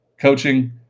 coaching